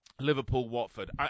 Liverpool-Watford